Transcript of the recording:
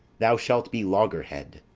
thou shalt be loggerhead.